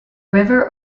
river